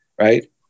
right